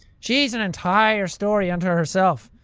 she's an entire story unto herself.